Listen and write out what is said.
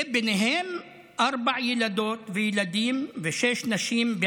וביניהם ארבעה ילדות וילדים ושש נשים.